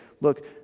look